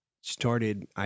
started